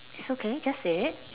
it's okay just say it